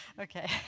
Okay